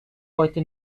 heute